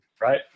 right